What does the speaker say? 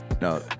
No